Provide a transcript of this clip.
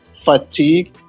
fatigue